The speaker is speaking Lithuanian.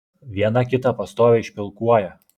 vienas kitą pastoviai špilkuoja